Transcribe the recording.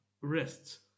wrists